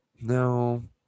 No